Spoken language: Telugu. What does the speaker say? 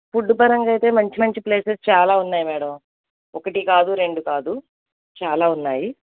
ఫుడ్డు పరంగా అయితే మంచి మంచి ప్లేసెస్ చాలా ఉన్నాయి మేడం ఒకటి కాదు రెండు కాదు చాలా ఉన్నాయి